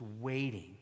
waiting